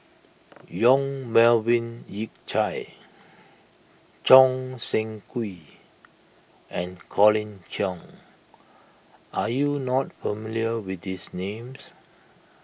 Yong Melvin Yik Chye Choo Seng Quee and Colin Cheong are you not familiar with these names